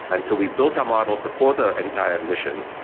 and so we built a model before the entire mission,